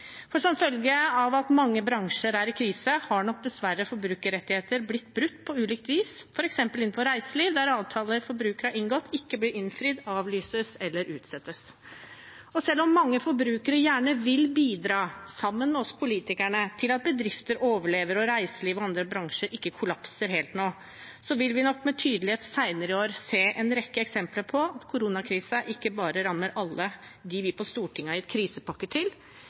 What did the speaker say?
Som følge av at mange bransjer er i krise, har nok dessverre forbrukerrettigheter blitt brutt på ulikt vis, f.eks. innenfor reiseliv, der avtaler forbrukere har inngått, ikke blir innfridd, avlyses eller utsettes. Selv om mange forbrukere gjerne vil bidra, sammen med oss politikere, til at bedrifter overlever og reiseliv og andre bransjer ikke kollapser helt nå, vil vi nok med tydelighet senere i år se en rekke eksempler på at koronakrisen ikke bare rammer alle dem vi på Stortinget har gitt krisepakke til,